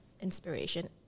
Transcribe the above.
inspiration